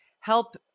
help